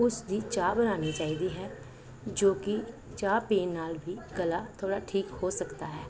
ਉਸ ਦੀ ਚਾਹ ਬਣਾਉਣੀ ਚਾਹੀਦੀ ਹੈ ਜੋ ਕਿ ਚਾਹ ਪੀਣ ਨਾਲ ਵੀ ਗਲਾ ਥੋੜ੍ਹਾ ਠੀਕ ਹੋ ਸਕਦਾ ਹੈ